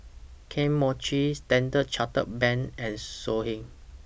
Kane Mochi Standard Chartered Bank and Songhe